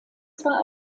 zwei